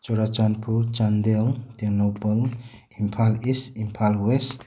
Churachandpur Chandel Tengnoupal Imphal east Imphal west